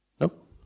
nope